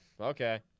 okay